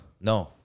No